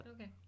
Okay